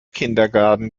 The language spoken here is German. kindergarten